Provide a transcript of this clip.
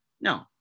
no